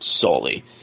solely